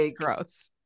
gross